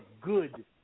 good